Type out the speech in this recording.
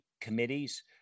committees